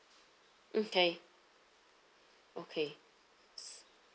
mm K okay